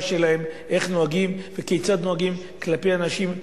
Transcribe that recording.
שלהם איך נוהגים וכיצד נוהגים כלפי אנשים,